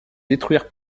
détruire